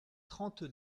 trente